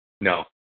No